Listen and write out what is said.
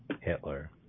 Hitler